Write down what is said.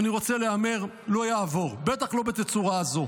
אני רוצה להמר, לא יעבור, בטח לא בתצורה הזו.